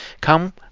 come